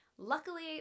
Luckily